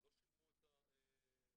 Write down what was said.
לא שילמו את הפוליסה.